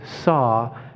saw